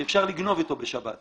שאפשר לגנוב אתו בשבת,